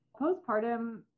postpartum